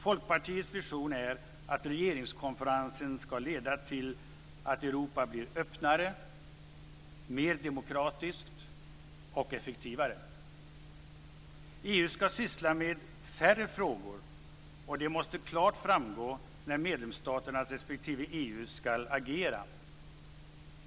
Folkpartiets vision är att regeringskonferensen ska leda till att Europa blir öppnare, mer demokratiskt och effektivare. EU ska syssla med färre frågor, och det måste klart framgå när medlemsstaterna respektive EU ska agera.